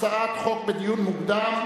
הצעת חוק בדיון מוקדם,